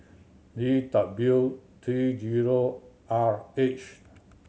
D W three zero R H